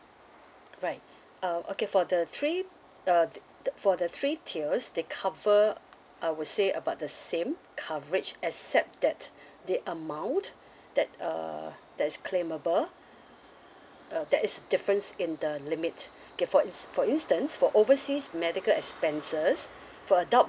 right uh okay for the three uh the the for the three tiers they cover I would say about the same coverage except that the amount that uh that's claimable uh that is difference in the limit okay for ins~ for instance for overseas medical expenses for adult